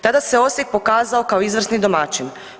Tada se Osijek pokazao kao izvrsni domaćin.